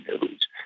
news